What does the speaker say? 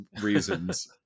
reasons